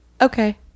okay